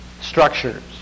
structures